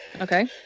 Okay